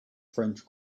french